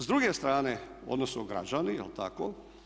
S druge strane, odnosno građani, je li tako.